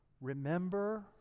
Remember